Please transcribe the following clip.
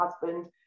husband